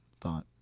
thought